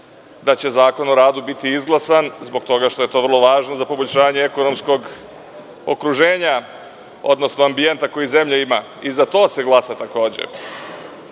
da će Zakon o radu biti izglasan zbog toga što je to vrlo važno za poboljšanje ekonomskog okruženja, odnosno ambijenta koji zemlja ima. I za to se glasa takođe. Mislim